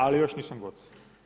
Ali još nisam gotov.